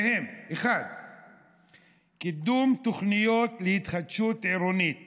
והם: 1. קידום תוכניות להתחדשות עירונית